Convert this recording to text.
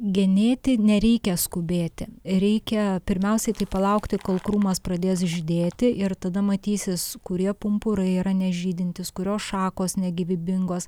genėti nereikia skubėti reikia pirmiausiai tai palaukti kol krūmas pradės žydėti ir tada matysis kurie pumpurai yra nežydintys kurio šakos negyvybingos